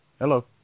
Hello